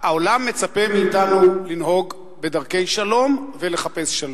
העולם מצפה מאתנו לנהוג בדרכי שלום ולחפש שלום.